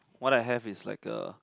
what I have is like a